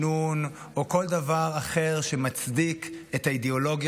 שנון או כל דבר אחר שמצדיק את האידיאולוגיה